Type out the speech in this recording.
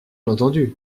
entendu